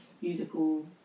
musical